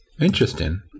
Interesting